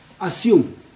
Assume